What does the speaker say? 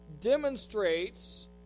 demonstrates